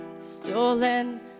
stolen